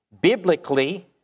biblically